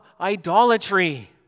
idolatry